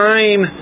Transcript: Time